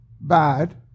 bad